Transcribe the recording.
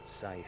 safe